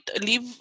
leave